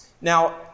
Now